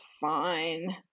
fine